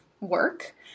work